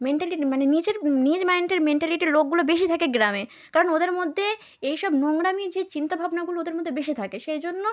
mentality মানে নীচের নীচ মাইন্ডের মেন্টালিটির লোকগুলো বেশি থাকে গ্রামে কারণ ওদের মধ্যে এই সব নোংরামি যে চিন্তা ভাবনাগুলো ওদের মধ্যে বেশি থাকে সেই জন্য